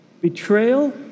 betrayal